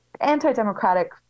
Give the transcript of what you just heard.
anti-democratic